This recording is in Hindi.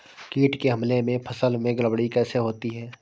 कीट के हमले से फसल में गड़बड़ी कैसे होती है?